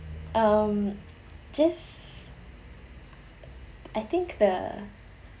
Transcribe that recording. um just I think the